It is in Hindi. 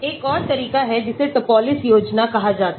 एक और तरीका है जिसे Topliss योजना कहा जाता है